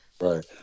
Right